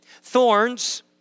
Thorns